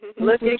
Look